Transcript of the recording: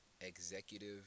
executive